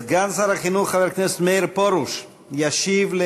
סגן שר החינוך חבר הכנסת מאיר פרוש ישיב על